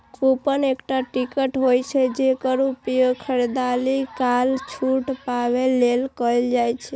coupon एकटा ticket होइ छै, जेकर उपयोग खरीदारी काल छूट पाबै लेल कैल जाइ छै